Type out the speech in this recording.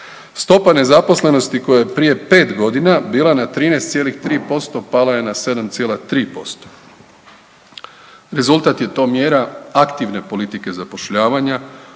Stopa nezaposlenosti koja je prije 5 godina bila na 13,3% pala je na 7,3%. Rezultat je to mjera aktivne politike zapošljavanja